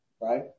right